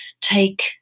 take